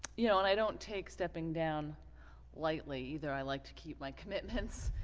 you know and i don't take stepping down lightly either i like to keep my commitments